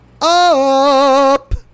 up